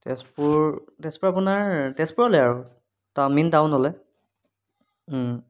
তেজপুৰ তেজপুৰ আপোনাৰ তেজপুৰলৈ আৰু অঁ মেইন টাউনলৈ